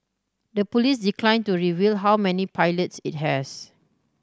the police declined to reveal how many pilots it has